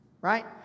Right